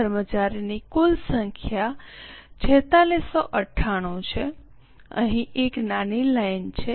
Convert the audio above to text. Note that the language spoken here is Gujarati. કર્મચારીની કુલ સંખ્યા 4698 છે અહીં એક નાની લાઇન છે